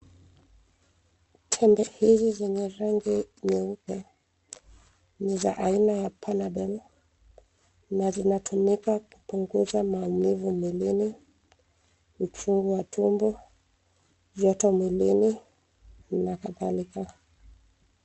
Tembe hizi zenye rangi nyeupe ni za aina ya panadol [cs ] na zina tumika kupunguza maumivu mwilini, uchungu wa tumbo, joto mwilini na kadhalika.